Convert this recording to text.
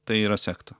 tai yra sekta